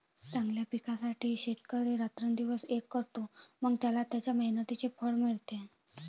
चांगल्या पिकासाठी शेतकरी रात्रंदिवस एक करतो, मग त्याला त्याच्या मेहनतीचे फळ मिळते